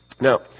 Now